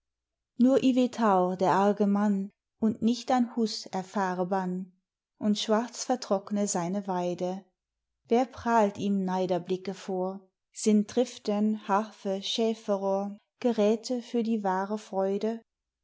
nur ivetaur der arge mann und nicht ein huß erfahre bann und schwarz vertrockne seine weide wer prahlt ihm neiderblicke vor sind tristen harfe schäferrohr geräthe für die wahre freude